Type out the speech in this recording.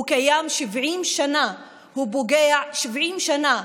הוא קיים 70 שנה, הוא פוגע 70 שנה.